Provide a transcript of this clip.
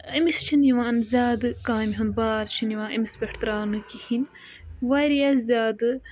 أمِس چھِنہٕ یِوان زیادٕ کامہِ ہُنٛد بار چھِنہٕ یِوان أمِس پٮ۪ٹھ تراونہٕ کِہیٖنۍ واریاہ زیادٕ